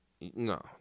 No